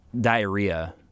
diarrhea